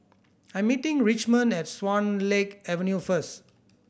I'm meeting Richmond at Swan Lake Avenue first